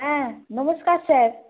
হ্যাঁ নমস্কার স্যার